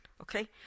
okay